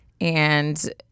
and-